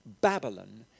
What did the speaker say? Babylon